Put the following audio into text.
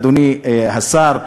אדוני השר,